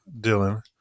Dylan